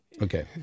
Okay